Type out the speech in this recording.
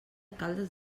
caldes